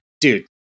dude